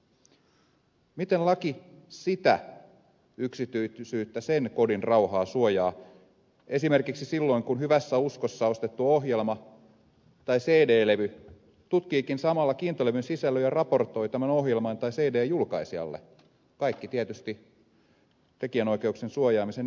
miten laki sitä yksityisyyttä sen kodin rauhaa suojaa esimerkiksi silloin kun hyvässä uskossa ostettu ohjelma tai cd levy tutkiikin samalla kiintolevyn sisällön ja raportoi sen tämän ohjelman tai cdn julkaisijalle kaikki tietysti tekijänoikeuksien suojaamisen nimissä